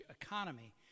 economy